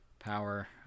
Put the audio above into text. power